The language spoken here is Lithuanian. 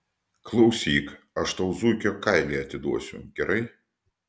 klausyk aš tau zuikio kailį atiduosiu gerai